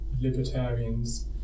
libertarians